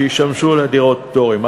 שישמשו לדירות פטורים.